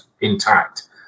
intact